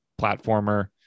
platformer